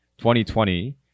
2020